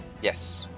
Yes